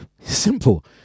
simple